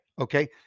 Okay